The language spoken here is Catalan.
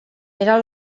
era